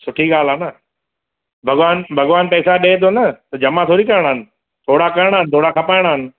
सुठी ॻाल्हि आहे न भॻवानु भॻवानु पैसा ॾिए थो न त जमा थोरी करणा आहिनि थोरा करणा आहिनि थोरा खपाइणा आहिनि